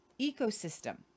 ecosystem